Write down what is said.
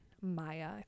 Maya